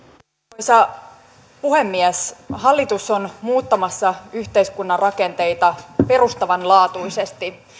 arvoisa puhemies hallitus on muuttamassa yhteiskunnan rakenteita perustavanlaatuisesti